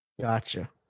Gotcha